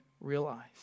realize